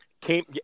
came